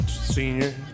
senior